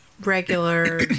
regular